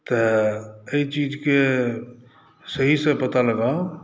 तऽ अइ चीजके सहिसँ पता लगाउ